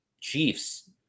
Chiefs